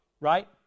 right